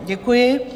Děkuji.